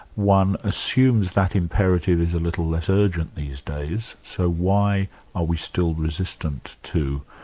one assumes that imperative is a little less urgent these days, so why are we still resistant to,